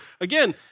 again